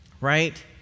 right